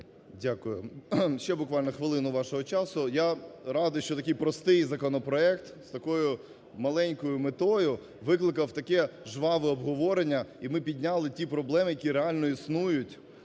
Дякую. Ще буквально хвилину вашого часу. Я радий, що такий простий законопроект, з такою маленькою метою викликав таке жваве обговорення, і ми підняли ті проблеми, які реально існують,